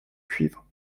cuivre